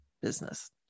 business